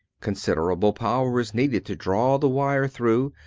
considerable power is needed to draw the wire through,